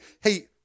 hey